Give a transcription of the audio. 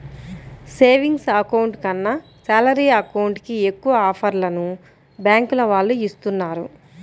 savings account కన్నా salary account కి ఎక్కువ ఆఫర్లను బ్యాంకుల వాళ్ళు ఇస్తున్నారు